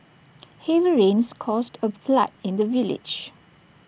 heavy rains caused A flood in the village